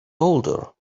older